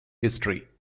history